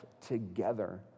together